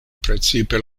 precipe